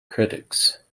critics